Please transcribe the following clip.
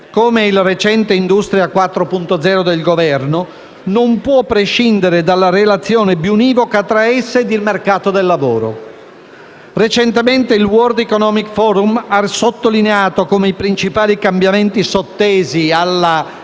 come il recente Industria 4.0 del Governo, non può prescindere dalla relazione biunivoca tra esse e il mercato del lavoro. Recentemente il World Economic Forum ha sottolineato come i principali cambiamenti sottesi alla